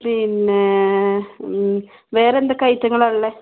പിന്നേ വേറെ എന്തൊക്കെ ഐറ്റങ്ങളാണ് ഉള്ളത്